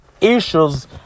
issues